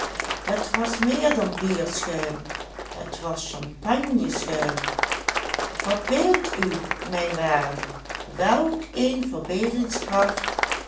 het was meer dan bierschuim het was champagneschuim verbeeld u mijn waarde welk een verbeeldingskracht